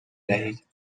دهید